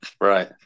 right